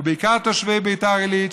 ובעיקר תושבי בית"ר עילית,